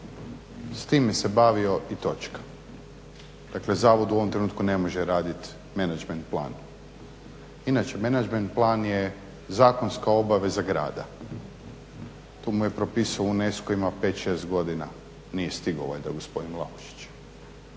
S time se bavio i točka. Dakle zavod u ovom trenutku ne može raditi menadžment plana. Inače menadžment plan je zakonska obaveza grada. To mu je propisao UNESCO ima 5, 6 godina nije stigao … /Govornik